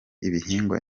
ibihingwa